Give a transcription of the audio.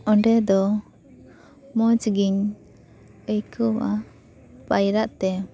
ᱚᱸᱰᱮ ᱫᱚ ᱢᱚᱡᱽ ᱜᱮᱧ ᱟᱹᱭᱠᱟᱹᱣᱟ ᱯᱟᱭᱨᱟᱜ ᱛᱮ